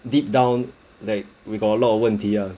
deep down like we got a lot of 问题 ah